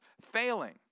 failing